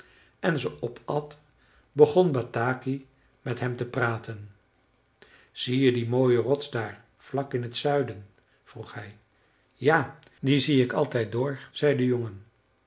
en ze opat begon bataki met hem te praten zie je die mooie rots daar vlak in t zuiden vroeg hij ja die zie ik altijd door zei de jongen